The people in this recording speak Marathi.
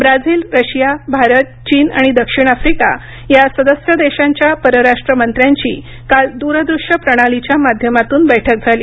ब्राझील रशिया भारत चीन आणि दक्षिण आफ्रिका या सदस्य देशांच्या परराष्ट्र मंत्र्यांची काल दूर दृश्य प्रणालीच्या माध्यमातून बैठक झाली